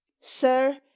sir